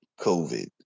COVID